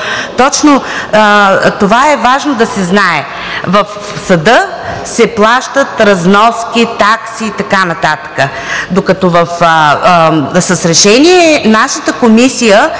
точно това е важно да се знае. В съда се плащат разноски, такси и така нататък. Докато с решение нашата комисия